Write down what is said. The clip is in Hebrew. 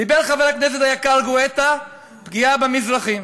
דיבר חבר הכנסת היקר גואטה על פגיעה במזרחים,